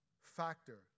factor